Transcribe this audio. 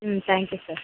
ம் thank you sir